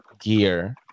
gear